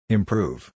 Improve